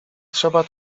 trzeba